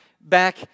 back